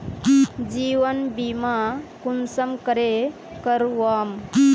जीवन बीमा कुंसम करे करवाम?